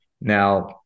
Now